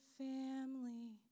family